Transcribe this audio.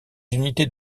unités